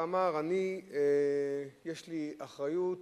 יש לי אחריות,